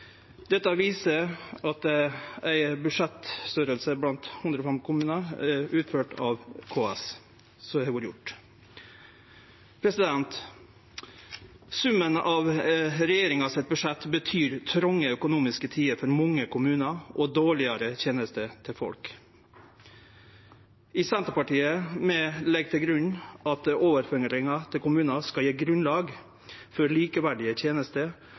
Dette viser ein budsjettoversikt blant 105 kommunar som er utført av KS. Summen av regjeringas budsjett betyr tronge økonomiske tider for mange kommunar og dårlegare tenester til folk. I Senterpartiet legg vi til grunn at overføringa til kommunar skal gje grunnlag for likeverdige tenester